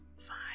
fine